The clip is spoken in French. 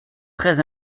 très